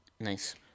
Nice